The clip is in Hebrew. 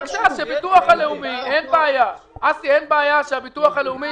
אין בעיה שהביטוח הלאומי,